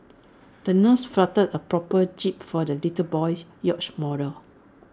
the nurse folded A proper jib for the little boy's yacht model